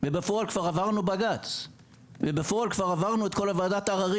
בפועל כבר עברנו בג"צ ואת כל ועדת העררים